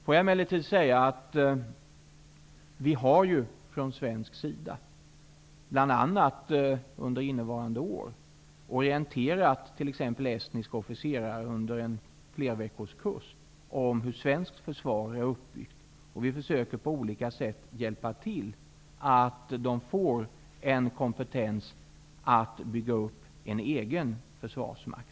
Får jag dock säga att vi ju från svensk sida, bl.a. under innevarande år, har orienterat t.ex. estniska officerare under en flerveckorskurs om hur svenskt försvar är uppbyggt, och vi försöker på olika sätt hjälpa till så att man får en kompetens för att bygga upp en egen försvarsmakt.